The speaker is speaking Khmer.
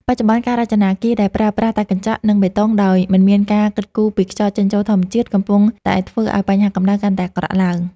បច្ចុប្បន្ន ការរចនាអគារដែលប្រើប្រាស់តែកញ្ចក់ និងបេតុងដោយមិនមានការគិតគូរពីខ្យល់ចេញចូលធម្មជាតិ កំពុងតែធ្វើឱ្យបញ្ហាកម្ដៅកាន់តែអាក្រក់ឡើង។